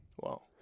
Wow